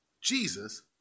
Jesus